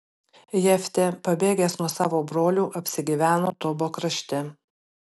jeftė pabėgęs nuo savo brolių apsigyveno tobo krašte